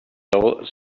soul